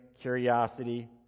curiosity